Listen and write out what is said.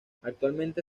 actualmente